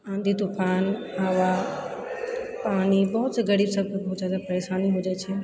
आँधी तूफान हवा पानी बहुतसे गरीब सबके बहुत ज्यादा परेशानी हो जाइ छै